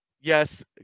Yes